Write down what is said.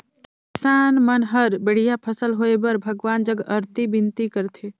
किसान मन हर बड़िया फसल होए बर भगवान जग अरती बिनती करथे